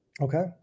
okay